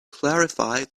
clarify